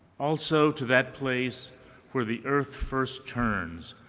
also to that place where the earth first turns,